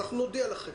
נודיע לכם.